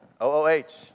O-O-H